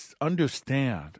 understand